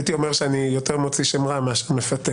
הייתי אומר שאני יותר מוציא שם רע מאשר מפתה.